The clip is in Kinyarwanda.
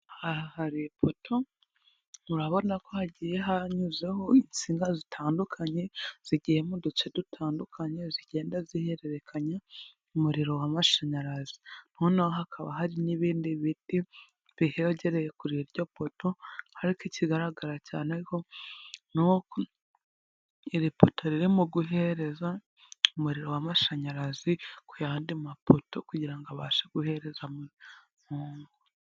Aha hari ipoto, murabona ko hagiye hanyuzaho insinga zitandukanye, zigiyemo uduce dutandukanye, zigenda zihererekanya umuriro w' mashanyarazi, noneho hakaba hari n'ibindi biti bihegereye kuri iryo poto, ariko ikigaragara cyane ni uko iri ririmo guhereza umuriro w'amashanyarazi ku yandi mapoto kugira ngo abashe guhereza umuntu.